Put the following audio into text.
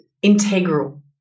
integral